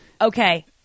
Okay